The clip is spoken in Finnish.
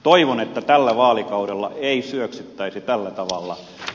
toivon että tällä vaalikaudella ei syöksyttäisi tällä tavalla